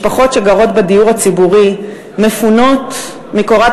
משפחות שגרות בדיור הציבורי מפונות מקורת